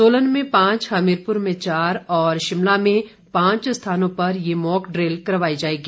सोलन में पांच हमीरपुर में चार और शिमला में पांच स्थानों पर ये मॉकड्रिल करवाई जाएगी